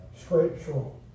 scriptural